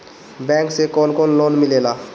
Bank से कौन कौन लोन मिलेला?